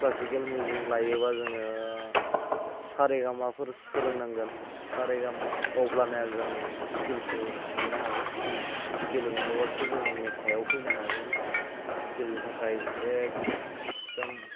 classical music लायोब्ला जोङो सा रे गा माफोर सोलोंनांगोन सा रे गा मा अब्लानिया जों स्केलखौ मोन्नो हागोन स्केलखौ मोनोबासो जोङो मेथाइआव फैनो हागोन स्केलनि थाखाय एखदम